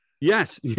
Yes